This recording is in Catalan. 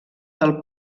del